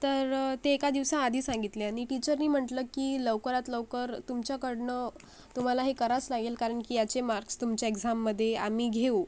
तर ते एका दिवसाआधी सांगितले आणि टिचरनी म्हटलं की लवकरात लवकर तुमच्याकडंन तुम्हाला हे कराच लागेल कारण की तुमचे याचे मार्क्स तुमच्या एक्झाममध्ये आम्ही घेऊ